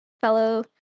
fellow